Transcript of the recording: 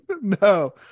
No